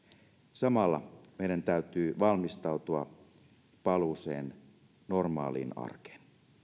samalla meidän täytyy valmistautua paluuseen normaaliin arkeen